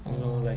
mm